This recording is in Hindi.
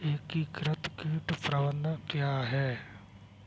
एकीकृत कीट प्रबंधन क्या है?